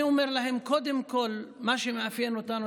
אני אומר שקודם כול מה שמאפיין אותנו